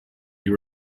you